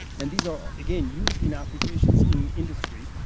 and these are again, used in applications in industry.